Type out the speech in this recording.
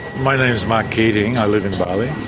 my name is mark keatinge. i live in bali.